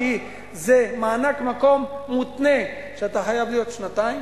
כי זה מענק מקום מותנה, שאתה חייב להיות שנתיים